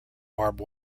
barbed